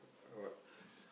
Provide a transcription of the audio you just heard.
what